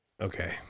Okay